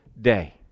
day